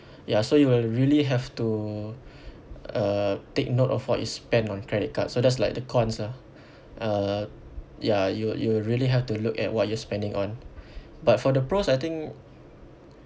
ya so you will really have to uh take note of what you spend on credit card so that's like the cons lah uh ya you you really have to look at what you're spending on but for the pros I think